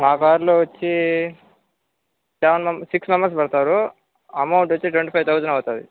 మా కార్లో వచ్చి సెవెన్ మెంబె సిక్స్ మెంబెర్స్ పడతారు అమౌంట్ వచ్చి ట్వంటీ ఫైవ్ థౌజండ్ అవుతుంది